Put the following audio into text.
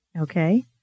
Okay